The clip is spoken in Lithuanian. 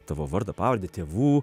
tavo vardą pavardę tėvų